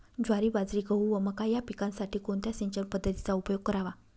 ज्वारी, बाजरी, गहू व मका या पिकांसाठी कोणत्या सिंचन पद्धतीचा उपयोग करावा?